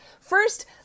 first